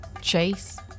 Chase